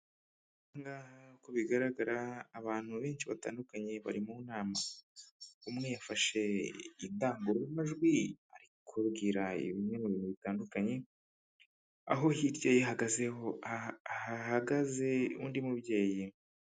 Aha ngaha uko bigaragara abantu benshi batandukanye bari mu nama, umwe yafashe indangururamajwi ari kubabwira bimwe mu bintu bitandukanye, aho hirya hahagaze undi mubyeyi.